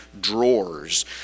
drawers